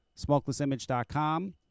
Smokelessimage.com